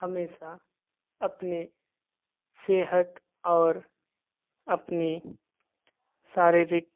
हमेशा अपनी सेहत और अपनी शारीरिक